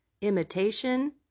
imitation